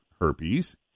herpes